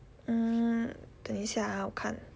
mm 等一下啊我看